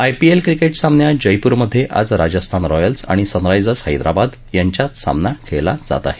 IPL cricket सामन्यात जयपुरमधे आज राजस्थान रॉयल्स आणि सनरायजर्स हद्ववाद यांच्यात सामना खेळला जात आहे